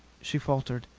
she faltered.